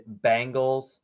Bengals